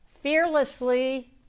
fearlessly